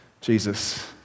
Jesus